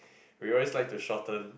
we always like to shorten